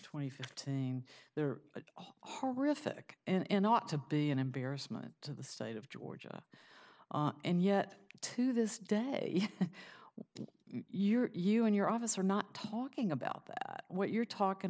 twenty fifth ting there horrific and not to be an embarrassment to the state of georgia and yet to this day you are you and your office are not talking about that what you're talking